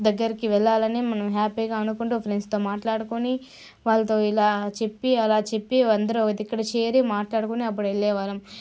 దగ్గరకి వెళ్ళాలని మనం హ్యాపీగా అనుకుంటూ ఫ్రెండ్స్తో మాట్లాడుకుని వాళ్లతో ఇలా చెప్పి అలా చెప్పి అందరూ ఇక్కడ చేరి మాట్లాడుకుని అప్పుడు వెళ్లేవాళ్ళం